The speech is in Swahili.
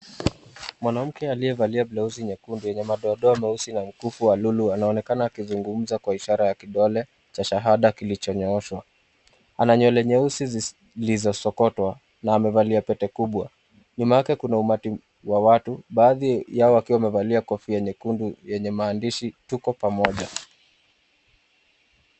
Mwanamke aliyavalia baluzi nyekundu yenye madoadoa meusi na mkufu wa lulu anaonekana akizungumza kwa ishara ya kidole cha shahada kilichonyooshwa. Ana nywele nyeusi zilizosokotwa na amevalia pete kubwa. Nyuma yake kuna umati wa watu baadhi yao wakiwa wamevalia kofia nyekundu yenye maandishi Tuko Pamoja.